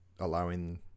allowing